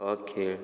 हो खेळ